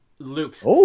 Luke's